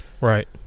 Right